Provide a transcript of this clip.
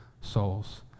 souls